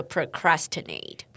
Procrastinate